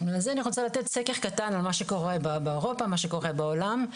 אני רוצה לתת סקר קטן על מה שקורה באירופה ומה שקורה בעולם,